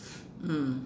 mm